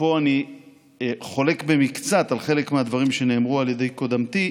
ופה אני חולק במקצת על חלק מהדברים שנאמרו על ידי קודמתי,